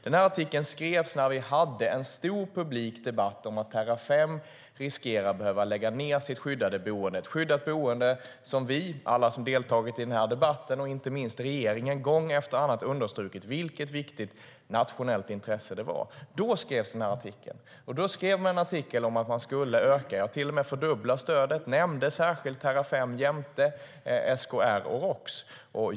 Den skrevs när vi hade en stor publik debatt om att Terrafem riskerade att behöva lägga ned sitt skyddande boende. Gång efter annan hade vi alla som deltagit i den här debatten, och inte minst regeringen, understrukit vilket viktigt nationellt intresse det var. Då skrevs den här artikeln. Man skrev om att man skulle öka, till och med fördubbla, stödet. Man nämnde särskilt Terrafem, jämte SKR och Roks.